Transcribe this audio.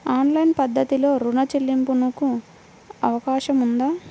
Online పద్ధతిలో రుణ చెల్లింపునకు అవకాశం ఉందా?